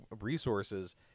resources